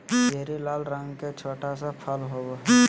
cherry लाल रंग के छोटा सा फल होबो हइ